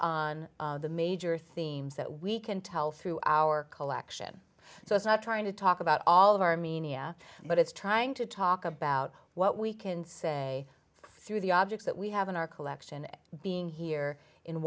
on the major themes that we can tell through our collection so it's not trying to talk about all of armenia but it's trying to talk about what we can say through the objects that we have in our collection as being here in